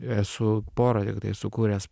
esu porą tiktai sukūręs